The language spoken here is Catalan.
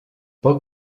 pel